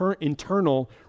internal